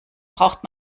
braucht